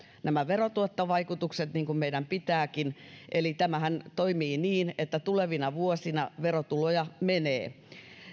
nämä verotuottovaikutukset niin kuin meidän pitääkin eli tämähän toimii niin että tulevina vuosina verotuloja menee